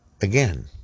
Again